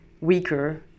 weaker